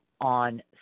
On